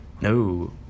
No